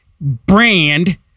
brand